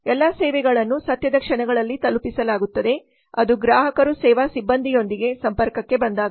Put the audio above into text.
ಎಲ್ಲಾ ಸೇವೆಗಳನ್ನು ಸತ್ಯದ ಕ್ಷಣಗಳಲ್ಲಿ ತಲುಪಿಸಲಾಗುತ್ತದೆ ಅದು ಗ್ರಾಹಕರು ಸೇವಾ ಸಿಬ್ಬಂದಿಯೊಂದಿಗೆ ಸಂಪರ್ಕಕ್ಕೆ ಬಂದಾಗ